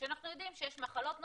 אנחנו יודעים שיש מחלות נוספות,